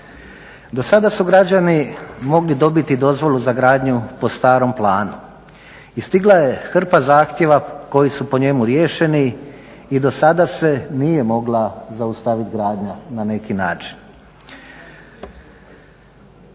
Do sada su građani mogli dobiti dozvolu za gradnju po starom planu i stigla je hrpa zahtjeva koji su po njemu riješeni i do sada se nije mogla zaustavit gradnja na neki način.